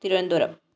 Thiruvananthapuram